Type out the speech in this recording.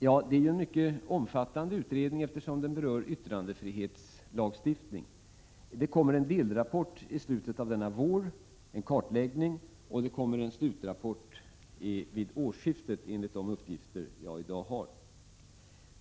Ja, det är en mycket omfattande utredning, eftersom den berör yttrandefrihetslagstiftningen. Det kommer en delrapport i slutet av våren — en kartläggning —- och det kommer en slutrapport vid årsskiftet, enligt de uppgifter jag i dag har.